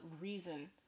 reason